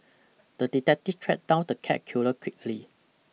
the detective tracked down the cat killer quickly